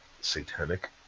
satanic